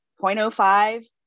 0.05